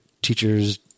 Teachers